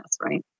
right